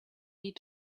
need